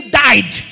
died